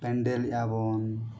ᱯᱮᱱᱰᱮᱞᱮᱫ ᱟᱵᱚᱱ